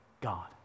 God